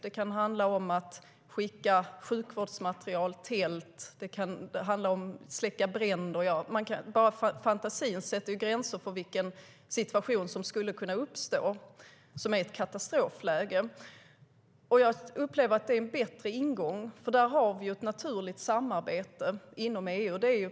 Det kan handla om att skicka sjukvårdsmaterial och tält eller att släcka bränder. Bara fantasin sätter gränser för vilken situation som skulle kunna uppstå som är ett katastrofläge. Jag upplever att det är en bättre ingång, för där har vi ett naturligt samarbete inom EU.